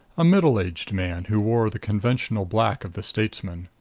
a middle-aged man, who wore the conventional black of the statesman.